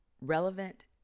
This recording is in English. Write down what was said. relevant